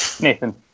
Nathan